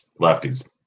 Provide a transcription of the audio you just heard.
Lefties